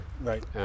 Right